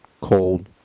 cold